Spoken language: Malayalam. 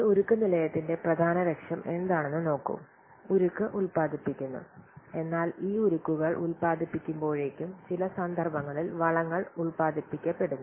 ഒരു ഉരുക്ക് നിലയത്തിന്റെ പ്രധാന ലക്ഷ്യം എന്താണെന്നു നോക്കൂ ഉരുക്ക് ഉൽപാദിപ്പിക്കുന്നു എന്നാൽ ഈ ഉരുക്കുകൾ ഉൽപാദിപ്പിക്കുമ്പോഴേക്കും ചില സന്ദർഭങ്ങളിൽ വളങ്ങൾ ഉൽപാദിപ്പിക്കപ്പെടുന്നു